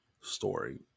story